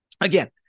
Again